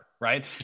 right